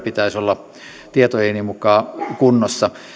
pitäisi olla tietojeni mukaan kunnossa